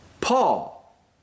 Paul